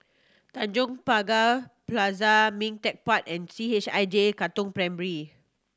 Tanjong Pagar Plaza Ming Teck Park and C H I J Katong Primary